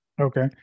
okay